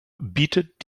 bietet